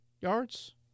yards